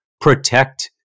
protect